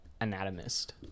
anatomist